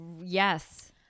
Yes